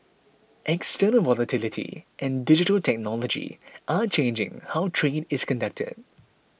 external volatility and digital technology are changing how trade is conducted